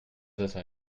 assez